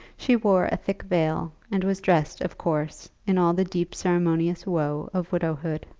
she wore a thick veil, and was dressed, of course, in all the deep ceremonious woe of widowhood.